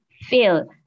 feel